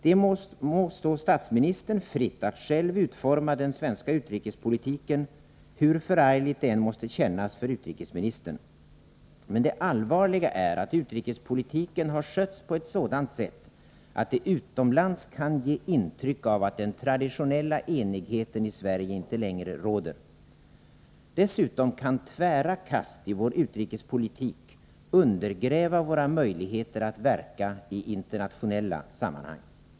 Det må stå statsministern fritt att själv utforma den svenska utrikespolitiken, hur förargligt det än måste kännas för utrikesministern. Men det allvarliga är att utrikespolitiken har skötts på ett sådant sätt, att det utomlands kan ge intryck av att den traditionella enigheten i Sverige inte längre råder. Dessutom kan tvära kast i vår utrikespolitik undergräva våra möjligheter att verka i internationella sammanhang.